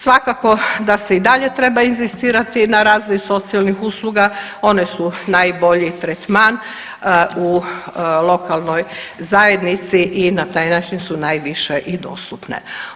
Svakako da se i dalje treba inzistirati na razvoju socijalnih usluga one su najbolji tretman u lokalnoj zajednici i na taj način su najviše i dostupne.